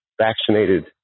vaccinated